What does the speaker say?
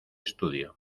estudio